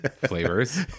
flavors